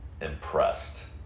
impressed